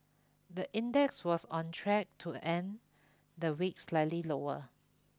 the index was on track to end the week slightly lower